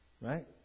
right